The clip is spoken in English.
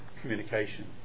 communication